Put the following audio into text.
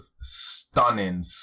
stunning